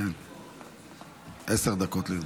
עשר דקות.